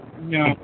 No